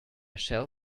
shall